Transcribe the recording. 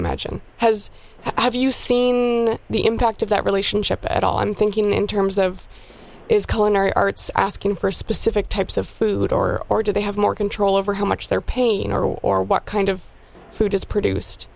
imagine has i have you seen the impact of that relationship at all i'm thinking in terms of is culling are asking for specific types of food or or do they have more control over how much their pain or what kind of food is produced